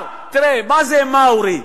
למשל, מה זה מאורי?